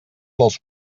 dels